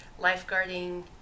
lifeguarding